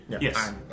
Yes